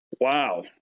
wow